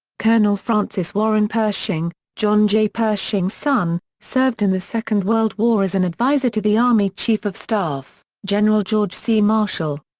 colonel francis warren pershing, john j. pershing's son, served in the second world war as an advisor to the army chief of staff, general george c. marshall.